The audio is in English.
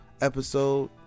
episode